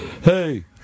Hey